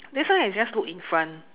then sometimes I just look in front